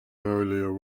earlier